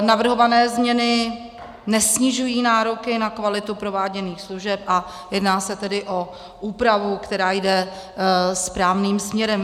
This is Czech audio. Navrhované změny nesnižují nároky na kvalitu prováděných služeb, a jedná se tedy o úpravu, která jde správným směrem.